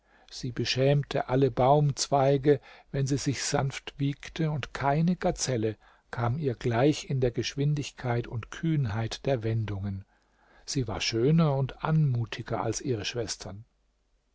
sie beschämte alle baumzweige wenn sie sich sanft wiegte und keine gazelle kam ihr gleich in der geschwindigkeit und kühnheit der wendungen sie war schöner und anmutiger als ihre schwestern